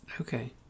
Okay